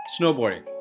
Snowboarding